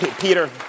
Peter